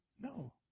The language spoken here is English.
No